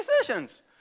decisions